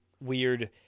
weird